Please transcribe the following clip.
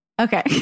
Okay